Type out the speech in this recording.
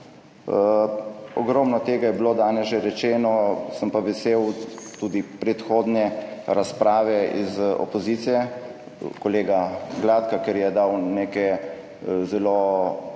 Ogromno tega je bilo danes že rečeno, sem pa vesel tudi predhodne razprave iz opozicije, kolega Gladka, ker je dal neke zelo